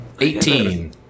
Eighteen